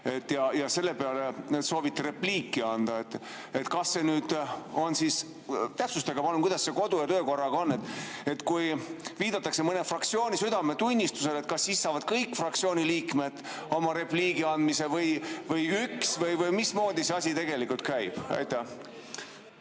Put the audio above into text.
Selle peale sooviti repliiki anda. Kas see on siis ... Täpsustage palun, kuidas see kodu‑ ja töökorraga on! Kui viidatakse mõne fraktsiooni südametunnistusele, kas siis saavad kõik fraktsiooni liikmed oma repliigi andmise või üks või mismoodi see asi tegelikult käib? Jaa.